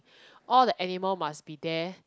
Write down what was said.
all the animal must be there